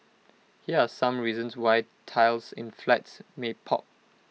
here are some reasons why tiles in flats may pop